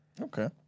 Okay